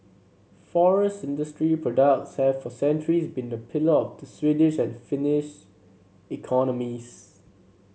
forest industry products have for centuries been a pillar of the Swedish and Finnish economies